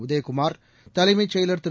உதயகுமார் தலைமைச் செயலர் திரு